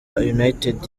united